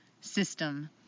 system